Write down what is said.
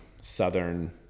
Southern